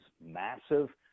massive